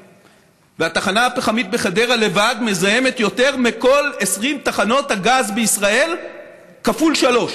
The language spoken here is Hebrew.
והתחנה הפחמית בחדרה לבד מזהמת יותר מכל 20 תחנות הגז בישראל כפול שלוש,